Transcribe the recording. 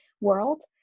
world